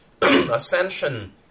ascension